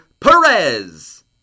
Perez